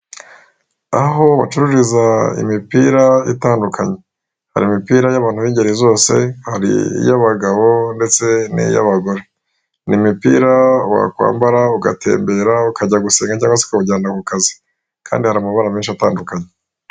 Aho bacururiza imipira itandukanye, hari imipira y'abantu b'ingeri zose, hari iy'abagabo ndetse n'iy'abagore, n'imipira wakwambara ugatembera, ukajya gusenga cyangwa se ukawujyana ku kazi kandi hari amabara menshi atandukanye.